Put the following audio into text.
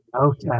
okay